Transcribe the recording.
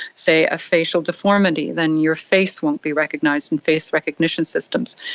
say, a facial deformity then your face won't be recognised in face recognition systems.